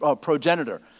progenitor